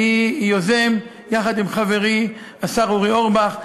אני יוזם יחד עם חברי השר אורי אורבך,